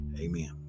Amen